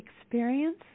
experience